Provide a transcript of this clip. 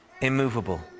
immovable